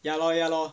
ya lor ya lor